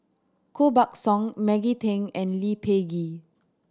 Koh Buck Song Maggie Teng and Lee Peh Gee